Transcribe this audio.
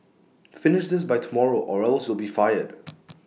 finish this by tomorrow or else you'll be fired